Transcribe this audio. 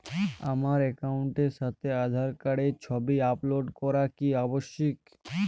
আমার অ্যাকাউন্টের সাথে আধার কার্ডের ছবি আপলোড করা কি আবশ্যিক?